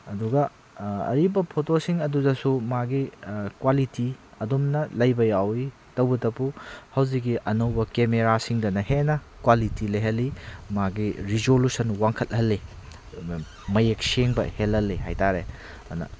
ꯑꯗꯨꯒ ꯑꯔꯤꯕ ꯐꯣꯇꯣꯁꯤꯡ ꯑꯗꯨꯗꯁꯨ ꯃꯥꯒꯤ ꯀ꯭ꯋꯥꯂꯤꯇꯤ ꯑꯗꯨꯝꯅ ꯂꯩꯕ ꯌꯥꯎꯋꯤ ꯇꯧꯕꯇꯕꯨ ꯍꯧꯖꯤꯛꯀꯤ ꯑꯅꯧꯕ ꯀꯦꯃꯔꯥꯁꯤꯡꯗꯅ ꯍꯦꯟꯅ ꯀ꯭ꯋꯥꯂꯤꯇꯤ ꯂꯩꯍꯜꯂꯤ ꯃꯥꯒꯤ ꯔꯤꯖꯣꯂꯨꯁꯟ ꯋꯥꯡꯈꯠꯍꯜꯂꯤ ꯃꯌꯦꯛ ꯁꯦꯡꯕ ꯍꯦꯜꯍꯜꯂꯤ ꯍꯥꯏ ꯇꯥꯔꯦ ꯑꯗꯨꯅ